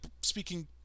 speaking